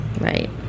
Right